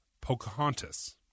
Pocahontas